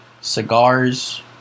cigars